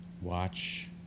Watch